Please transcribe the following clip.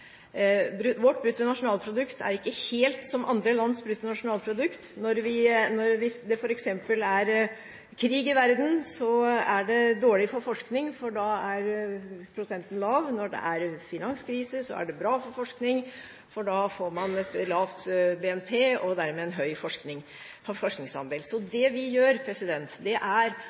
Vårt brutto nasjonalprodukt er ikke helt som andre lands brutto nasjonalprodukt. Når det f.eks. er krig i verden, er det dårlig for forskning for da er prosenten lav. Når det er finanskrise, er det bra for forskning for da får man et lavt BNP og dermed en høy forskningsandel. Det vi gjør,